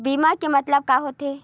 बीमा के मतलब का होथे?